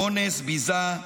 אונס, ביזה,